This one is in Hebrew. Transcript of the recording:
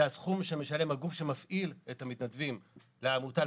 זה הסכום שמשלם הגוף שמפעיל את המתנדבים לעמותה,